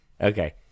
Okay